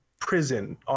prison